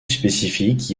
spécifique